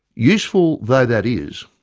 useful though that is,